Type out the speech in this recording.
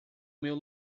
meu